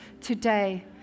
today